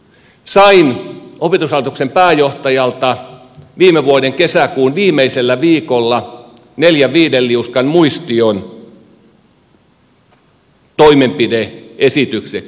sain opetushallituksen pääjohtajalta viime vuoden kesäkuun viimeisellä viikolla neljän viiden liuskan muistion toimenpide esitykseksi